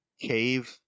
cave